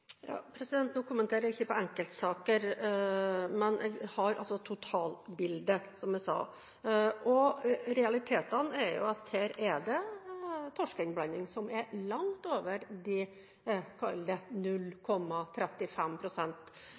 Nå kommenterer ikke jeg enkeltsaker, men jeg har som sagt totalbildet. Realitetene er at det her er torskeinnblanding som er langt over de